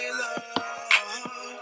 love